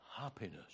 happiness